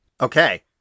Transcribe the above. Okay